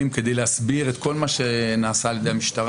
כדי להסביר את כל מה שנעשה על ידי המשטרה.